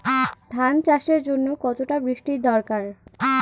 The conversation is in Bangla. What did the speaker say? ধান চাষের জন্য কতটা বৃষ্টির দরকার?